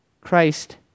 Christ